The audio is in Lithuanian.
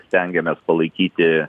stengiamės palaikyti